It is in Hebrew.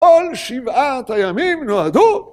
‫כל שבעת הימים נועדו!